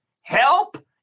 help